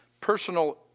personal